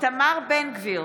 איתמר בן גביר,